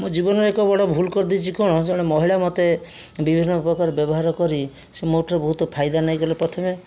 ମୁଁ ଜୀବନରେ ଏକ ବଡ଼ ଭୁଲ କରିଦେଇଛି କ'ଣ ଜଣେ ମହିଳା ମୋତେ ବିଭିନ୍ନ ପ୍ରକାର ବ୍ୟବହାର କରି ସିଏ ମୋଠାରୁ ବହୁତ ଫାଇଦା ନେଇଗଲେ ପ୍ରଥମେ